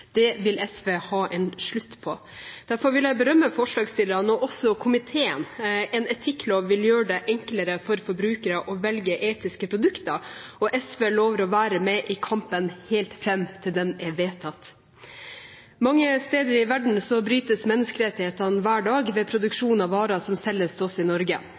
Det vil SV ha en slutt på. Derfor vil jeg berømme forslagsstillerne og også komiteen. En etikklov vil gjøre det enklere for forbrukere å velge etiske produkter, og SV lover å være med i kampen helt fram til loven er vedtatt. Mange steder i verden brytes menneskerettighetene hver dag ved produksjon av varer som selges til oss i Norge.